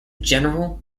general